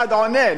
אחד עונה,